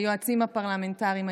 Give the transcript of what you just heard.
היועצים הפרלמנטריים,